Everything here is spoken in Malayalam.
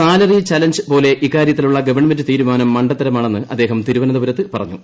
സാലറി ചാലഞ്ച് പോലെ ഇക്കാര്യത്തിലുള്ള ഗവൺമെന്റ് തീരുമാനം മണ്ടത്തരമാണെന്ന് അദ്ദേഹം തിരുവനന്തപുരത്ത് പറഞ്ഞു